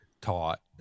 taught